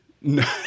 No